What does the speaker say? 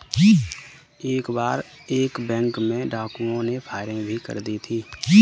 एक बार एक बैंक में डाकुओं ने फायरिंग भी कर दी थी